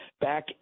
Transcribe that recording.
back